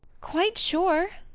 quite sure.